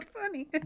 funny